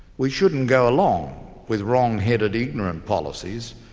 we shouldn't go along with wrong-headed, ignorant policies,